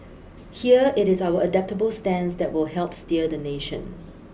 here it is our adaptable stance that will help steer the nation